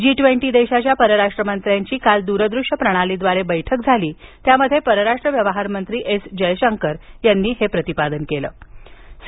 जी twenty देशांच्या परराष्ट्र मंत्र्यांची काल दुर दृश्य प्रणालीद्वारे बैठक झाली त्यात परराष्ट्र व्यवहार मंत्री एस जयशंकर बोलत होते